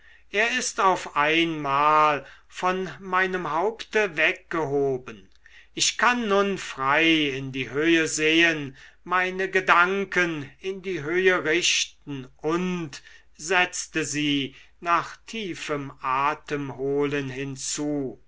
er ist auf einmal von meinem haupte weggehoben ich kann nun frei in die höhe sehen meine gedanken in die höhe richten und setzte sie nach tiefem atemholen hinzu